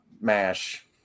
Mash